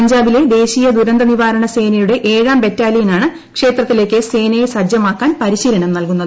പഞ്ചാബിലെ ദേശീയ ദുരന്തനിവാരണ സേനയുടെ ഏഴാം ബെറ്റാലിയനാണ് ക്ഷേത്രത്തിലേക്ക് സേനയെ സജ്ജമാക്കാൻ പരിശീലനം നൽകുന്നത്